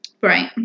Right